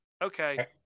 Okay